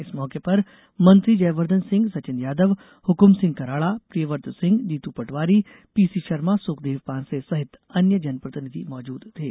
इस मौके पर मंत्री जयवर्द्दन सिंह सचिन यादव हुकुमसिंह कराड़ा प्रियव्रत सिंह जीतू पटवारी पीसीशर्मा सुखदेव पांसे सहित अन्य जनप्रतिनिधि मौजूद थे